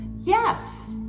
Yes